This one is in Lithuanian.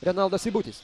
renaldas seibutis